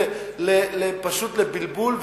לבלבול,